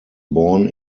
born